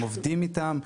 הם עובדים איתם.